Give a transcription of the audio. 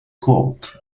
gold